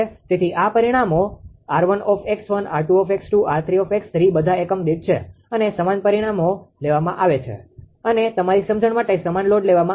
તેથી આ પરિમાણો 𝑟1𝑥1 𝑟2𝑥2 𝑟3𝑥3 બધા એકમ દીઠ છે અને સમાન પરિમાણો લેવામાં આવે છે અને તમારી સમજણ માટે સમાન લોડ લેવામાં આવે છે